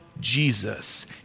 Jesus